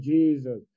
Jesus